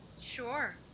Sure